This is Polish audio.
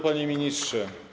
Panie Ministrze!